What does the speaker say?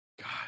God